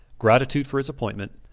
gratitude for his appointment,